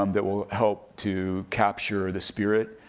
um that will help to capture the spirit,